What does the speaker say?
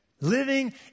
living